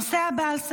נעמה לזימי,